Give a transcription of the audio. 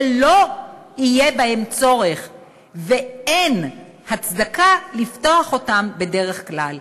שלא יהיה בהם צורך ואין הצדקה לפתוח אותם בדרך כלל.